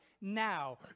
now